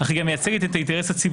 אך היא גם מייצגת את האינטרס הציבורי,